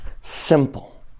simple